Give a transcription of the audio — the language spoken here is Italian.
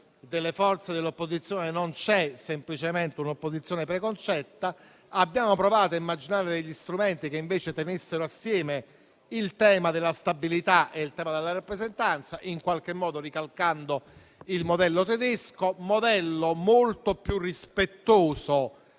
delle forze dell'opposizione non c'è semplicemente un'opposizione preconcetta. Abbiamo provato a immaginare degli strumenti che tenessero assieme il tema della stabilità e il tema della rappresentanza, in qualche modo ricalcando il modello tedesco, modello molto più rispettoso